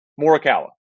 Morikawa